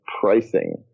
pricing